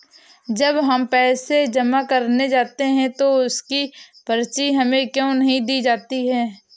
जब हम पैसे जमा करने जाते हैं तो उसकी पर्ची हमें क्यो नहीं दी जाती है?